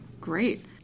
great